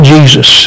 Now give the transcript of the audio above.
Jesus